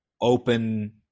open